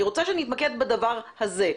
אני רוצה שנתמקד בדבר הזה.